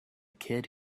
kid